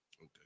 Okay